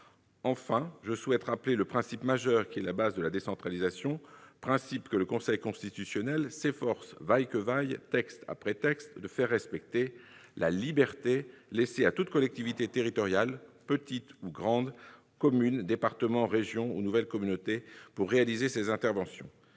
ailleurs rappeler le principe majeur qui est au fondement de la décentralisation, principe que le Conseil constitutionnel s'efforce, vaille que vaille, texte après texte, de faire respecter : celui de la liberté laissée à toute collectivité territoriale, petite ou grande, commune, département, région ou nouvelle communauté, pour réaliser ses interventions.